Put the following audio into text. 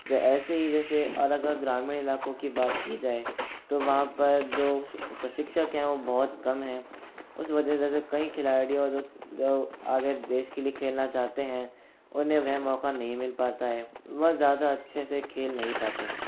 ऐसे ही जैसे और अगर ग्रामीण ईलाकों की बात की जाए तो वहाँ पर जो शि प्रशिक्षक हैं वो बहुत कम हैं उस वजह से ऐसे कई खिलाड़ियों जो जो आगे देश के लिए खेलना चाहते हैं उन्हें वह मौका नहीं मिल पाता है वह ज़्यादा अच्छे से खेल नहीं पाते हैं